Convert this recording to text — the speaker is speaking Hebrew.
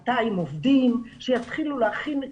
200 עובדים שיתחילו להכין,